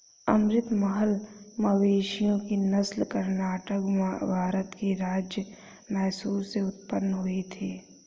अमृत महल मवेशियों की नस्ल कर्नाटक, भारत के राज्य मैसूर से उत्पन्न हुई थी